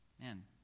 Man